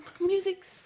Music's